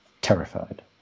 terrified